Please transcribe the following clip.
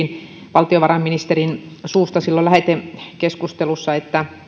valtiovarainministerin suusta silloin lähetekeskustelussa että